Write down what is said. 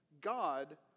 God